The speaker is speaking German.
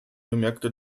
bemerkte